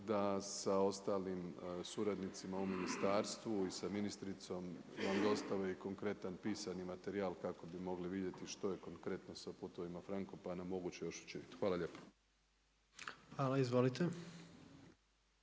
da sa ostalim suradnicima u ministarstvu i sa ministricom vam dostave i konkretan pisani materijal kako bi mogli vidjeti što je konkretno sa Putovima Frankopana moguće još učiniti. Hvala lijepo. **Jandroković,